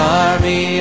army